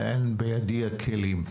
אין בידי הכלים.